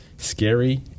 Scary